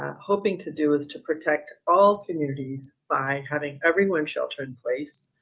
hoping to do is to protect all communities by having everyone shelter in place,